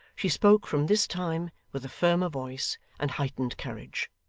she spoke from this time with a firmer voice and heightened courage.